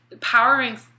powering